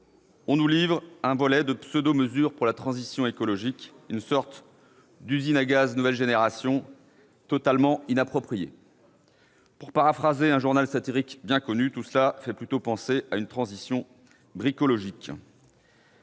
on nous livre un volant de pseudo-mesures pour la transition écologique, une sorte d'usine à gaz nouvelle génération totalement inappropriée. Pour paraphraser un journal satirique bien connu, tout cela fait plutôt penser à une transition « bricologique